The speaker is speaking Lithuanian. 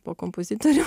po kompozitorių